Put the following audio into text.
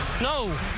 No